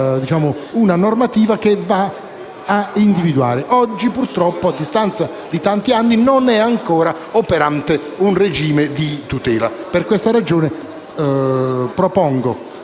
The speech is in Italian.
una normativa consequenziale. Oggi, purtroppo, a distanza di tanti anni, non è ancora operante un regime di tutela. Per questa ragione, propongo